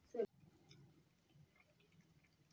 बलुही माटी मे मुरई लगा सकथव का?